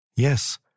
Yes